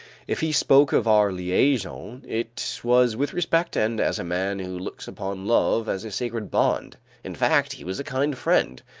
if he spoke of our liaison, it was with respect and as a man who looks upon love as a sacred bond in fact, he was a kind friend,